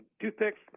toothpicks